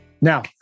Now